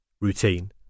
Routine